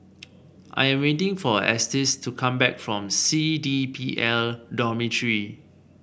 I am waiting for Estes to come back from C D P L Dormitory